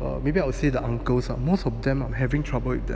or maybe I would say the uncles or most of them are having trouble with them